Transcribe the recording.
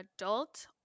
adult